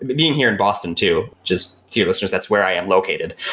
being here in boston too, just to your listeners, that's where i am located.